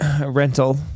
rental